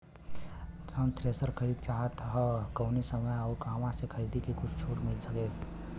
हम थ्रेसर खरीदल चाहत हइं त कवने समय अउर कहवा से खरीदी की कुछ छूट मिल सके?